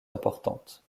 importantes